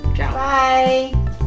Bye